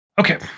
okay